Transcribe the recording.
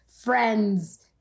friends